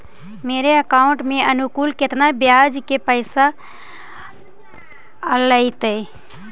मेरे अकाउंट में अनुकुल केतना बियाज के पैसा अलैयहे?